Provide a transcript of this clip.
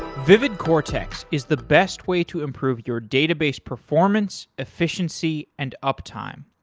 vividcortex is the best way to improve your database performance, efficiency, and uptime.